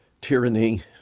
tyranny